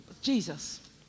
Jesus